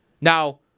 Now